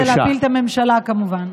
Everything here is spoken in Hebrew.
אז הדרך זה להפיל את הממשלה, כמובן.